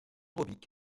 robic